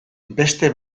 beste